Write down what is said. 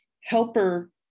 helper